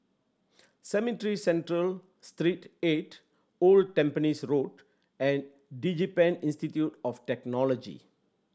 Cemetry Central Street Eight Old Tampines Road and DigiPen Institute of Technology